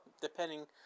depending